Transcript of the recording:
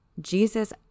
Jesus